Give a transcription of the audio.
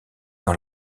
dans